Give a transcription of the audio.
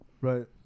right